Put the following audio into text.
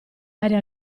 aree